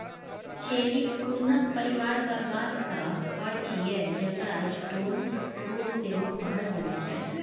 cherry prunus परिबारक गाछक फर छियै जकरा स्टोन फ्रुट सेहो कहल जाइ छै